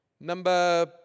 Number